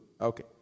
Okay